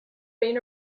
been